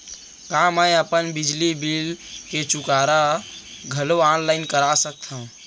का मैं अपन बिजली बिल के चुकारा घलो ऑनलाइन करा सकथव?